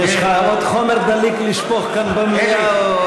יש לך עוד חומר דליק לשפוך כאן, במליאה?